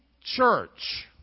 church